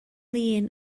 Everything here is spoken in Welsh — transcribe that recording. lin